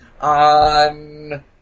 on